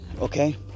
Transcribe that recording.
Okay